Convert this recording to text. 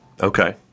Okay